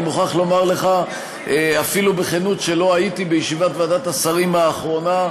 אני אפילו מוכרח לומר לך בכנות שלא הייתי בישיבת ועדת השרים האחרונה,